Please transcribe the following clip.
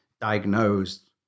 diagnosed